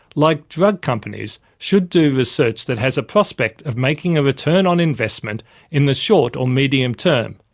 like drug companies, should do research that has a prospect of making a return on investment in the short or medium term,